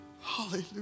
Hallelujah